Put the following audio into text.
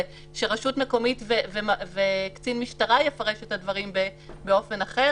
ושרשות מקומית וקצין משטרה יפרשו את הדברים באופן אחר.